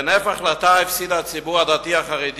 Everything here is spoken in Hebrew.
בהינף החלטה הפסיד הציבור הדתי-חרדי